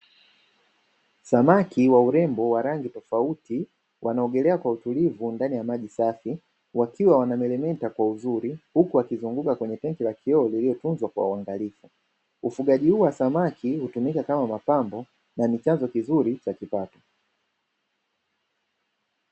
Samaki wa urembo wa rangi tofauti wanaogelea kwa utulivu ndani ya maji safi wakiwa wanameremeta kwa uzuri huku wakizunguka kwenye tenki la kioo lililotunzwa kwa uangalifu. Ufugaji huu wa samaki hutumika kama mapambo na ni chanzo kizuri cha kipato.